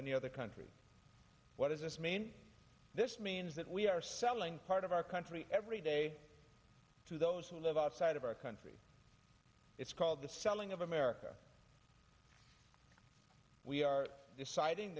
any other country what does this mean this means that we are selling part of our country every day to those who live outside of our country it's called the selling of america we are deciding